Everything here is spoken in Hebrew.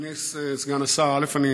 אדוני סגן השר, א.